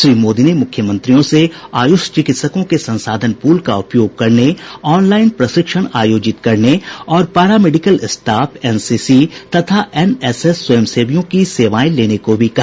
श्री मोदी ने मुख्यमंत्रियों से आयुष चिकित्सकों के संसाधन पूल का उपयोग करने ऑनलाइन प्रशिक्षण आयोजित करने और पैरा मेडिकल स्टाफ एनसीसी तथा एनएसएस स्वयंसेवियों की सेवाएं लेने को भी कहा